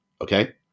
okay